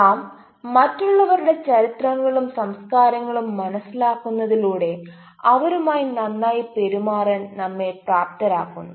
നാം മറ്റുള്ളവരുടെ ചരിത്രങ്ങളും സംസ്കാരങ്ങളും മനസിലാക്കുന്നതിലൂടെ അവരുമായി നന്നായി പെരുമാറാൻ നമ്മെ പ്രാപ്തരാക്കുന്നു